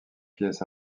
pièces